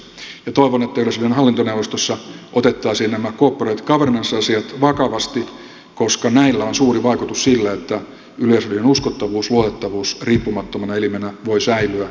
toivon että yleisradion hallintoneuvostossa otettaisiin nämä corporate governance asiat vakavasti koska näillä on suuri vaikutus siihen että yleisradion uskottavuus ja luotettavuus riippumattomana elimenä voi säilyä joka suhteessa